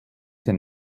den